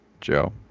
joe